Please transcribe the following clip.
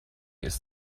ist